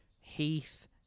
Heath